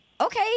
Okay